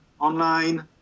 online